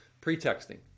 pretexting